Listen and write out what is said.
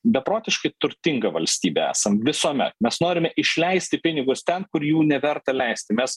beprotiškai turtinga valstybė esam visuomet mes norime išleisti pinigus ten kur jų neverta leisti mes